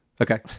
Okay